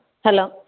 hello